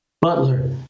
Butler